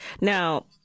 Now